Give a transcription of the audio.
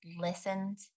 listened